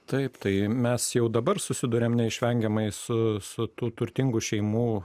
taip tai mes jau dabar susiduriam neišvengiamai su su tų turtingų šeimų